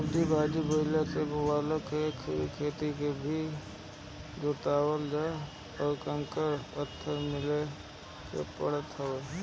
सब्जी भाजी बोए वाला खेत के भी जोतवा के उकर कंकड़ पत्थर बिने के पड़त हवे